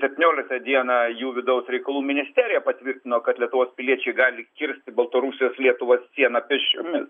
septynioliktą dieną jų vidaus reikalų ministerija patvirtino kad lietuvos piliečiai gali kirsti baltarusijos lietuvos sieną pėsčiomis